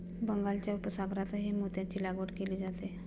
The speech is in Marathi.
बंगालच्या उपसागरातही मोत्यांची लागवड केली जाते